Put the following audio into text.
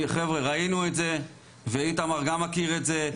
ראינו את זה ואיתמר גם מכיר את זה,